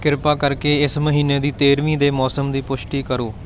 ਕਿਰਪਾ ਕਰਕੇ ਇਸ ਮਹੀਨੇ ਦੀ ਤੇਰ੍ਹਵੀਂ ਦੇ ਮੌਸਮ ਦੀ ਪੁਸ਼ਟੀ ਕਰੋ